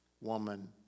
woman